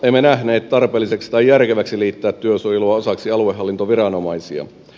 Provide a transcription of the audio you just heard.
emme nähneet tarpeelliseksi tai järkeväksi liittää työsuojelua osaksi aluehallintoviranomaisia